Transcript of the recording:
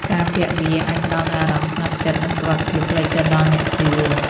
ការពាក់វាអាចផ្ដល់នូវអារម្មណ៍ស្ងប់ចិត្ត និងសុវត្ថិភាពផ្លូវចិត្តដល់អ្នកជឿ។